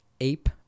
ape